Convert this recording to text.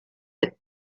that